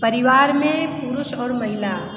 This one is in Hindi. परिवार में पुरुष और महिला